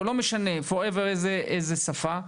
או איזה שהיא שפה,